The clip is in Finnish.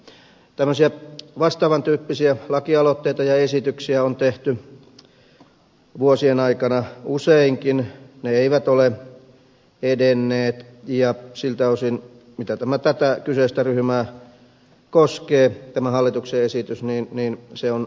tämmöisiä vastaavan tyyppisiä lakialoitteita ja esityksiä on tehty vuosien aikana useitakin mutta ne eivät ole edenneet ja siltä osin kuin tämä hallituksen esitys tätä kyseistä ryhmää koskee se on kannatettava